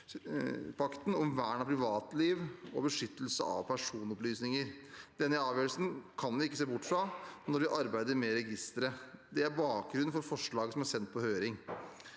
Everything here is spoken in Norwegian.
EU-pakten om vern av privatliv og beskyttelse av personopplysninger. Denne avgjørelsen kan vi ikke se bort fra når vi arbeider med registeret. Det er bakgrunnen for forslaget som er sendt på høring.